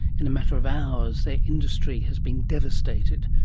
in a matter of hours their industry has been devastated.